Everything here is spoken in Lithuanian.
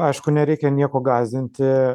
aišku nereikia nieko gąsdinti